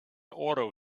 auto